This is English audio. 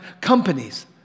companies